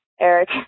Eric